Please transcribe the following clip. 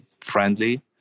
friendly